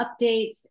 updates